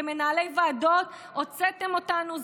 כמנהלי ועדות הוצאתם אותנו,